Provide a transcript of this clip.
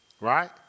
Right